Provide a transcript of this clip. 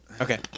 Okay